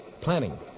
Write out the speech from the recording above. Planning